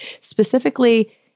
specifically